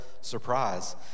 surprise